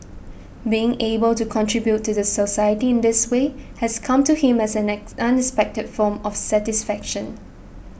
being able to contribute to the society in this way has come to him as an unexpected form of satisfaction